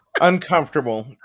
uncomfortable